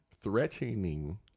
threatening